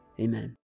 Amen